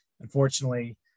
unfortunately